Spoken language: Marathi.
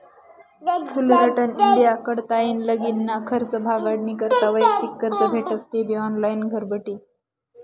फुलरटन इंडिया कडताईन लगीनना खर्च भागाडानी करता वैयक्तिक कर्ज भेटस तेबी ऑनलाईन घरबठी